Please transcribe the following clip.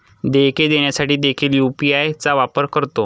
देयके देण्यासाठी देखील यू.पी.आय चा वापर करतो